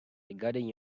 regarding